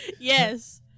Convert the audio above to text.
Yes